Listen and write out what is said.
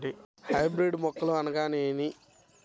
Hybrid మొక్కలు అనగానేమి?